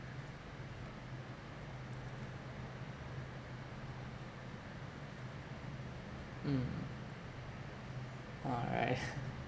mm oh right